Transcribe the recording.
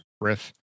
riff